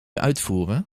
uitvoeren